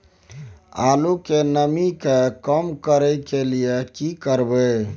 आलू के नमी के कम करय के लिये की करबै?